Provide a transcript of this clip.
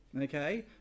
okay